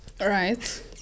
right